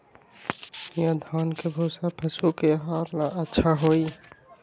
या धान के भूसा पशु के आहार ला अच्छा होई?